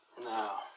Now